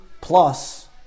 plus